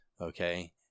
Okay